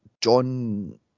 John